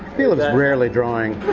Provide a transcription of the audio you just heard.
caleb's rarely drawing.